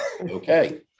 okay